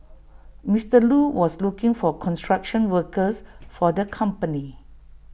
Mister Lu was looking for construction workers for the company